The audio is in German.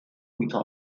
unter